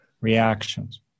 reactions